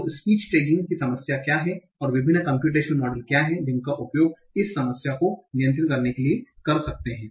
तो speech tagging की समस्या क्या है और विभिन्न कम्प्यूटेशनल मॉडल क्या हैं जिनका उपयोग आप इस समस्या को नियंत्रण करने के लिए कर सकते हैं